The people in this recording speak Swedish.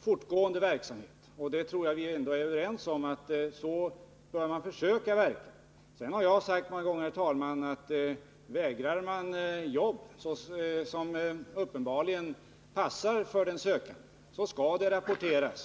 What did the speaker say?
fortgående verksamhet. Detta skulle underlätta rekryteringen. Jag har sagt många gånger, herr talman, att om en arbetssökande vägrar ta ett jobb som uppenbarligen passar för den sökande, så skall detta rapporteras.